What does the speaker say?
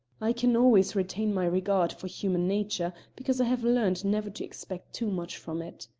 i can always retain my regard for human nature, because i have learned never to expect too much from it.